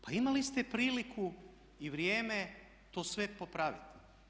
Pa imali ste priliku i vrijeme to sve popraviti.